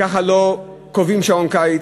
ככה לא קובעים שעון קיץ,